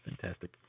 fantastic